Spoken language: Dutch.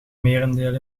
merendeel